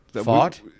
Fought